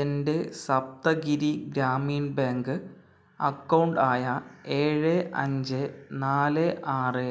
എൻ്റെ Saptagiri Grameen bank account ആയ ഏഴ് അഞ്ച് നാല് ആറ്